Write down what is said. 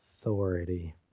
Authority